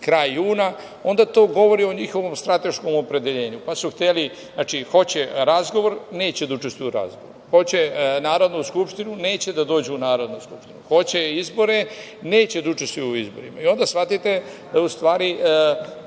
kraj juna, onda to govori o njihovom strateškom opredeljenju. Znači, hoće razgovor – neće da učestvuju u razgovoru, hoće Narodnu skupštinu – neće da dođu u Narodnu skupštinu, hoće izbore – neće da učestvuju u izborima. Onda shvatite da je u stvari